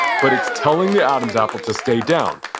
but it's telling the adam's apple to stay down,